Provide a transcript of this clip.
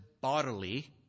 bodily